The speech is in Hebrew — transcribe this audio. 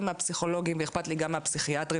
מהפסיכולוגים ואיכפת לי גם מהפסיכיאטרים,